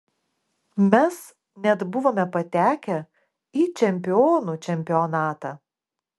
mes net buvome patekę į čempionų čempionatą